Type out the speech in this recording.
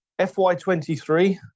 FY23